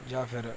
ਜਾਂ ਫਿਰ